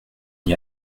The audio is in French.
n’y